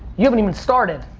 you haven't even started.